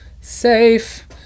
safe